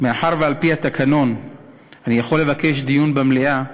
מאחר שעל-פי התקנון אני יכול לבקש דיון במליאה,